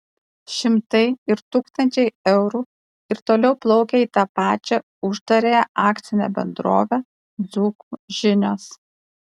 šimtai ir tūkstančiai eurų ir toliau plaukia į tą pačią uždarąją akcinę bendrovę dzūkų žinios